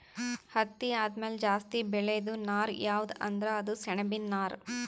ಹತ್ತಿ ಆದಮ್ಯಾಲ ಜಾಸ್ತಿ ಬೆಳೇದು ನಾರ್ ಯಾವ್ದ್ ಅಂದ್ರ ಅದು ಸೆಣಬಿನ್ ನಾರ್